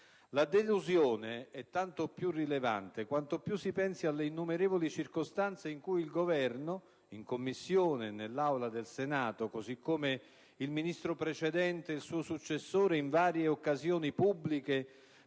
La delusione è tanto più rilevante quanto più si pensi alle innumerevoli circostanze in cui il Governo, in Commissione e nell'Aula del Senato, così come il Ministro precedente e il suo successore in varie occasioni pubbliche